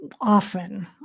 often